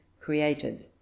created